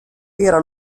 era